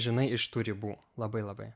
žinai iš tų ribų labai labai